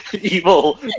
evil